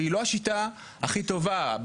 והיא לא השיטה הכי טובה.